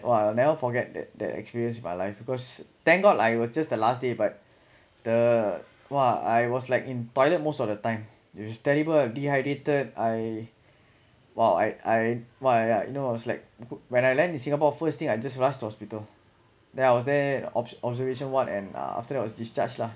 !wah! I never forget that that experience in my life because thank god lah it was just the last day but the !wah! I was like in toilet most of the time it's terrible dehydrated I while I I my uh you know I was like when I land in singapore first thing I just rushed hospital then I was there obs~ observation ward and uh after that was discharged lah